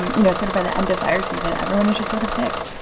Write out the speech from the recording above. um you know, sort of by the end of fire season, everyone is just sort of sick.